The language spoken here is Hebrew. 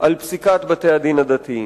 על פסיקת בתי-הדין הדתיים.